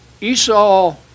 Esau